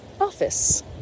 office